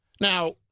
Now